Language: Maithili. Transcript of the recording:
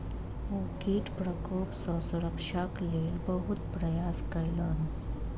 ओ कीट प्रकोप सॅ सुरक्षाक लेल बहुत प्रयास केलैन